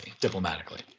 diplomatically